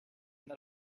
that